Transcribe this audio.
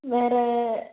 வேற